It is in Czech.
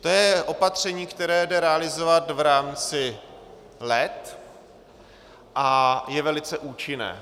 To je opatření, které jde realizovat v rámci let a je velice účinné.